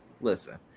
listen